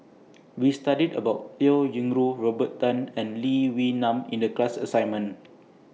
We studied about Liao Yingru Robert Tan and Lee Wee Nam in The class assignment